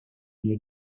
new